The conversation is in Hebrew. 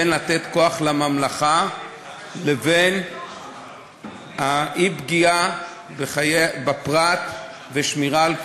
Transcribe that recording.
בין לתת כוח לממלכה לבין אי-פגיעה בפרט ושמירה על כבודו.